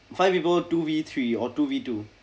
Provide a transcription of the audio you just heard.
five people two V three or two V two